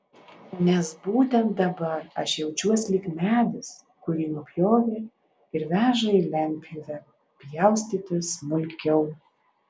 nes būtent dabar aš jaučiuos lyg medis kurį nupjovė ir veža į lentpjūvę pjaustyti smulkiau